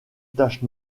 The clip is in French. taches